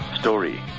story